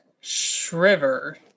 Shriver